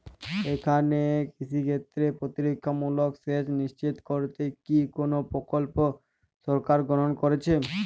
এখানে কৃষিক্ষেত্রে প্রতিরক্ষামূলক সেচ নিশ্চিত করতে কি কোনো প্রকল্প সরকার গ্রহন করেছে?